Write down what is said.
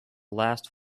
last